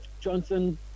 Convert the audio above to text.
Johnson